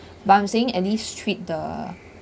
but I'm saying any treat the